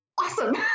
awesome